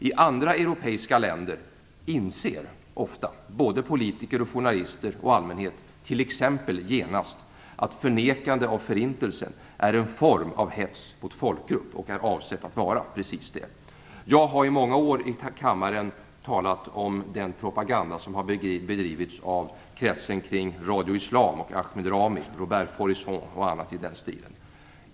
I andra europeiska länder inser ofta både politiker, journalister och allmänhet t.ex. genast att förnekande av Förintelsen är en form av hets mot folkgrupp och är avsett att vara precis det. Jag har i många år i kammaren talat om den propaganda som har bedrivits av kretsen kring Radio Islam och Ahmed Rami, Robert Fourisson och annat i den stilen.